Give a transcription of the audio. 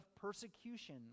persecution